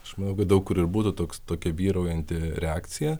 aš manau kad daug kur ir būtų toks tokia vyraujanti reakcija